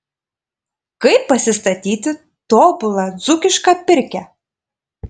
kaip pasistatyti tobulą dzūkišką pirkią